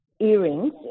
earrings